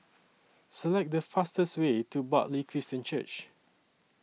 Select The fastest Way to Bartley Christian Church